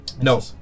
No